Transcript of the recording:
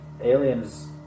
Aliens